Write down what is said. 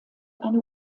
eine